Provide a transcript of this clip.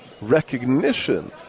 recognition